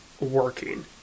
working